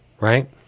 right